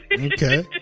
Okay